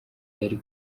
yari